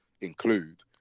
include